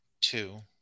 two